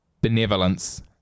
Benevolence